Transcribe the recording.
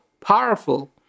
powerful